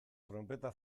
tronpeta